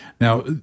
Now